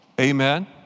Amen